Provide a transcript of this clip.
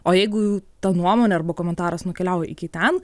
o jeigu ta nuomonė arba komentaras nukeliauja iki ten